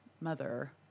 mother